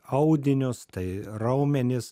audinius tai raumenis